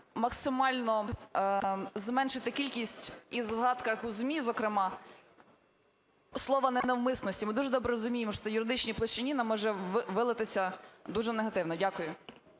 максимально зменшити кількість і в згадках у ЗМІ, зокрема, слова "ненавмисності". Ми дуже добре розуміємо, що це в юридичній площині нам може вилитися дуже негативно. Дякую.